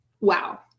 Wow